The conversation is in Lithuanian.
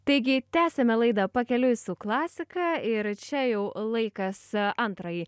taigi tęsiame laidą pakeliui su klasika ir čia jau laikas antrajai